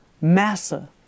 massa